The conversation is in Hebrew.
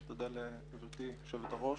תודה לגברתי יושבת הראש.